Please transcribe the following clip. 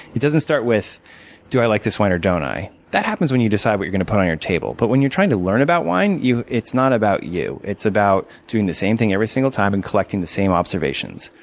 it doesn't start with do i like this wine or don't i. that happens when you decide what you're going to put on your table. but when you're trying to learn about wine, it's not about you. it's about doing the same thing every single time and collecting the same observations.